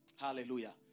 Hallelujah